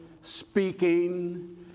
speaking